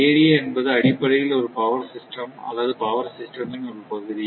area என்பது அடிப்படையில் ஒரு பவர் சிஸ்டம் அல்லது பவர் சிஸ்டம் ன் ஒரு பகுதி